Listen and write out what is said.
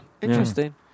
Interesting